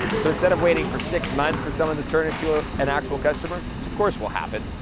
so instead of waiting for six months for someone to turn into ah an actual customer, which of course will happen,